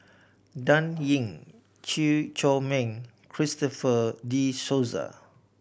Dan Ying Chew Chor Meng Christopher De Souza